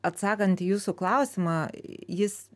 atsakant į jūsų klausimą jis